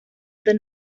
than